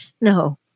No